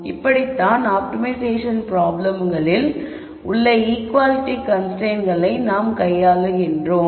இப்படித்தான் ஆப்டிமைசேஷன் ப்ராப்ளம்களில் உள்ள ஈக்குவாலிட்டி கன்ஸ்ரைன்ட்ஸ்களை நாம் கையாளுகிறோம்